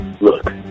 Look